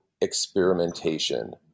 experimentation